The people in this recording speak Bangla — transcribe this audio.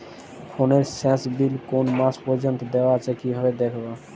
ফোনের শেষ বিল কোন মাস পর্যন্ত দেওয়া আছে দেখবো কিভাবে?